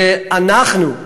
ואנחנו,